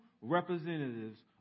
representatives